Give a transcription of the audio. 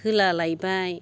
होलालायबाय